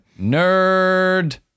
Nerd